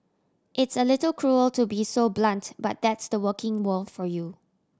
it's a little cruel to be so blunt but that's the working world for you